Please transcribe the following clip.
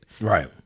Right